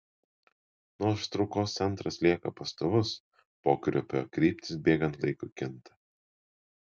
nors traukos centras lieka pastovus pokrypio kryptis bėgant laikui kinta